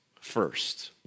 first